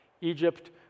Egypt